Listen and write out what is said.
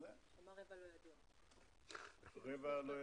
הוא לא יכול להגיד מאיפה זה בא.